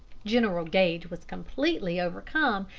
general gage was completely overcome,